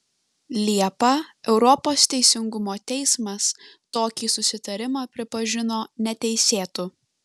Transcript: liepą europos teisingumo teismas tokį susitarimą pripažino neteisėtu